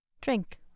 drink